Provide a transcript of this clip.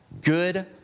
good